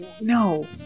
No